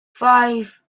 five